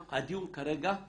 הדיון כרגע,